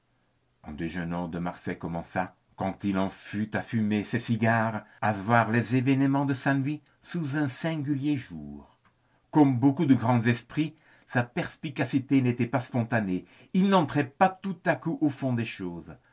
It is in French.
en déjeunant de marsay commença quand il en fut à fumer ses cigares à voir les événements de sa nuit sous un singulier jour comme beaucoup de grands esprits sa perspicacité n'était pas spontanée il n'entrait pas tout à coup au fond des choses